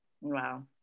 wow